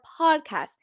podcast